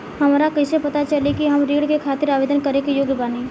हमरा कइसे पता चली कि हम ऋण के खातिर आवेदन करे के योग्य बानी?